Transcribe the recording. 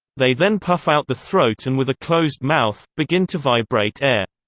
they then puff out the throat and with a closed mouth, begin to vibrate air.